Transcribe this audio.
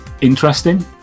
interesting